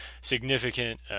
significant